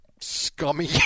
scummy